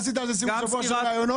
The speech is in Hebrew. עשית על זה סיבוב, שבוע של ראיונות.